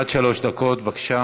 עד שלוש דקות, בבקשה.